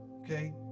okay